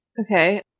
Okay